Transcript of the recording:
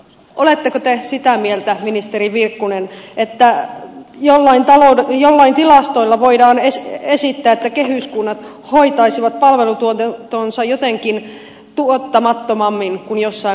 oletteko te sitä mieltä ministeri virkkunen että joillain tilastoilla voidaan esittää että kehyskunnat hoitaisivat palvelutuotantonsa jotenkin tuottamattomammin kuin jossain muualla